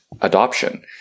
adoption